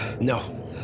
No